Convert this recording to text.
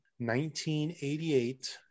1988